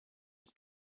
est